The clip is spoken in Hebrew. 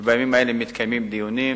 ובימים האלה מתקיימים דיונים,